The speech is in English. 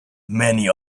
many